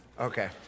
okay